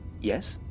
Yes